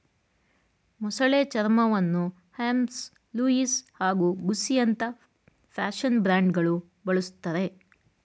ಮೊಸಳೆ ಚರ್ಮವನ್ನು Hermes Louis ಹಾಗೂ ಗುಸ್ಸಿಯಂತ ಫ್ಯಾಷನ್ ಬ್ರ್ಯಾಂಡ್ಗಳು ಬಳುಸ್ತರೆ